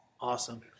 Awesome